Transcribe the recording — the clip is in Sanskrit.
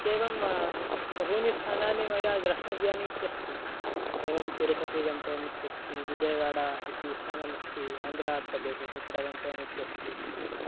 इत्येवं बहूनि स्थानानि मया द्रष्टव्यानि इत्यस्ति एवं तिरुपतिः गन्तव्यः इत्यस्ति विजयवाडा इति स्थानमस्ति आन्ध्रप्रदेशे तत्र गन्तव्यम् इत्यस्ति